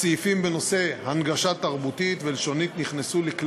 הסעיפים בנושא הנגשה תרבותית ולשונית נכנסו לכלי